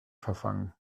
verfangen